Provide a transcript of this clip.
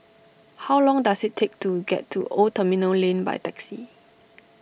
how long does it take to get to Old Terminal Lane by taxi